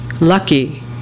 Lucky